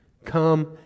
Come